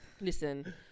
listen